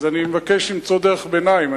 אני מבקש למצוא דרך ביניים.